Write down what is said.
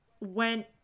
went